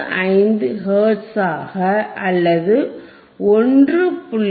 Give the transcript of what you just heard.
15 ஹெர்ட்ஸாக அல்லது 1